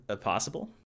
possible